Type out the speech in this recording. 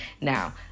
Now